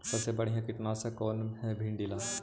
सबसे बढ़िया कित्नासक कौन है भिन्डी लगी?